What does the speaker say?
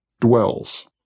dwells